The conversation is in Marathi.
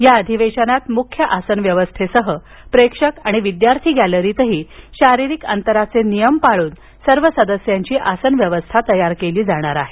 या अधिवेशनात मुख्य आसन व्यवस्थेसह प्रेक्षक आणि विद्यार्थी गॅलरीतही शारीरिक अंतराचे नियम पाळून सर्व सदस्यांची आसन व्यवस्था तयार केली जाणार आहे